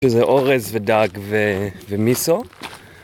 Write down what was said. שזה אורז ודג ומיסו.